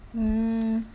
hmm